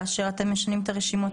כאשר אתם משנים את הרשימות,